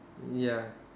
ya